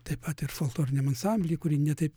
taip pat ir folkloriniam ansambly kurį ne taip